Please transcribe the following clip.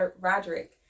Roderick